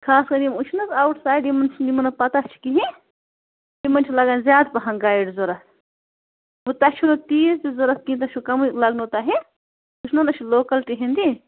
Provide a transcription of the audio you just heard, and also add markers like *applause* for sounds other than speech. خاص کر یِم یہِ چھِنہٕ حظ آوُٹ سایِڈ یِمَن یِمَن نہ پتہ چھِ کِہیٖنۍ تِمَن چھِ لگان زیادٕ پہن گایِڈ ضوٚرَتھ وٕ تۄہہِ چھو نہ تیٖژ تہِ ضوٚرَتھ کیٚنہہ تۄہہِ چھُو کَمٕے لَگنو تۄہہِ تُہۍ چھُو *unintelligible* أسۍ چھِ لوکَلٹی ہِنٛدی